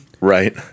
Right